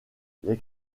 les